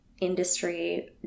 industry